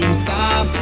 stop